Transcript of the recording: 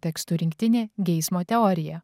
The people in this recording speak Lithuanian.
tekstų rinktinė geismo teorija